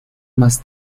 más